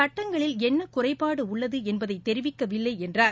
சட்டங்களில் என்ன குறைபாடு உள்ளது என்பதை தெரிவிக்கவில்லை என்றார்